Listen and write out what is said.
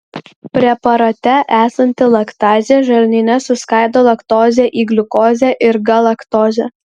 preparate esanti laktazė žarnyne suskaido laktozę į gliukozę ir galaktozę